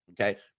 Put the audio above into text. Okay